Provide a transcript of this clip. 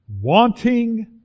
wanting